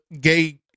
gay